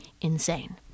insane